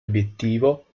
obiettivo